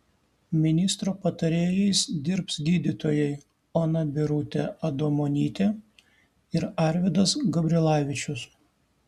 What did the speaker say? ministro patarėjais dirbs gydytojai ona birutė adomonytė ir arvydas gabrilavičius